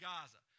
Gaza